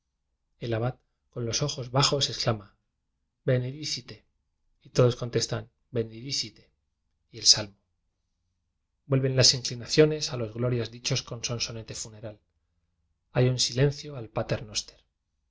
con los ojos bajos exclama benedicite y todos contestan benedicite y el salmo vuel ven las inclinaciones a los glorias dichos con sonsonete funeral hay un silencio al